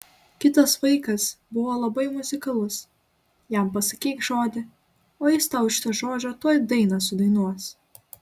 kitas vaikas buvo labai muzikalus jam pasakyk žodį o jis tau iš to žodžio tuoj dainą sudainuos